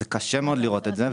זה קשה מאוד לראות את זה,